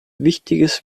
wichtiges